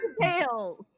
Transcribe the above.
Tails